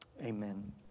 Amen